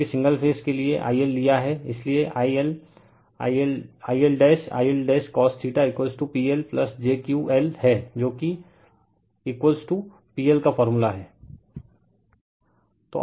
क्योंकि single phase के लिए I L लिया है इसलिए I LI LcosPLjQ L है जो कि PL का फॉर्मूला है